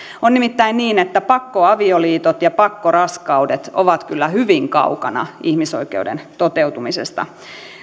on nimittäin niin että pakkoavioliitot ja pakkoraskaudet ovat kyllä hyvin kaukana ihmisoikeuden toteutumisesta